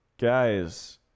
Guys